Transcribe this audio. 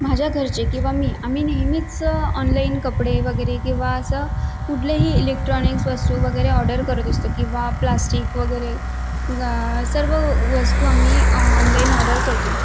माझ्या घरचे किंवा मी आम्ही नेहमीच ऑनलाईन कपडे वगैरे किंवा असं कुठलेही इलेक्ट्रॉनिक्स वस्तू वगैरे ऑर्डर करत असतो किंवा प्लास्टिक वगैरे सर्व वस्तू आम्ही ऑनलाईन ऑर्डर करतो